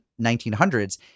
1900s